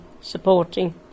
supporting